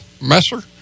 Messer